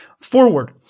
forward